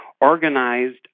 organized